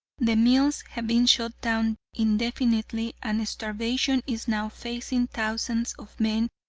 the mills have been shut down indefinitely and starvation is now facing thousands of men,